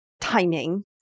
timing